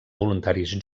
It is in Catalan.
voluntaris